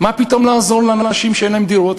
מה פתאום לעזור לאנשים שאין להם דירות?